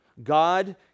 God